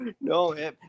no